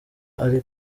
ari